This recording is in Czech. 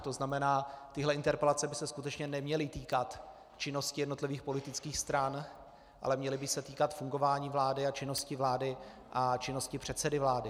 To znamená, tyhle interpelace by se skutečně neměly týkat činnosti jednotlivých politických stran, ale měly by se týkat fungování vlády a činnosti vlády a činnosti předsedy vlády.